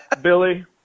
Billy